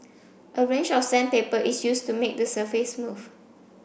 a range of sandpaper is used to make the surface smooth